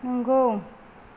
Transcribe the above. नोंगौ